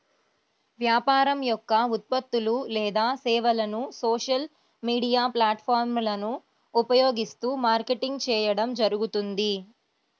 వ్యాపారం యొక్క ఉత్పత్తులు లేదా సేవలను సోషల్ మీడియా ప్లాట్ఫారమ్లను ఉపయోగిస్తూ మార్కెటింగ్ చేయడం జరుగుతుంది